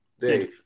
Dave